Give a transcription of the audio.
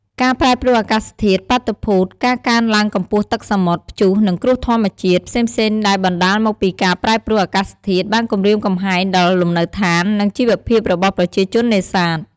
ការប្រែប្រួលអាកាសធាតុ បាតុភូត ការកើនឡើងកម្ពស់ទឹកសមុទ្រ ព្យុះ និង គ្រោះធម្មជាតិ ផ្សេងៗដែលបណ្តាលមកពីការប្រែប្រួលអាកាសធាតុ បានគំរាមកំហែងដល់លំនៅឋាន និងជីវភាពរបស់ប្រជាជននេសាទ។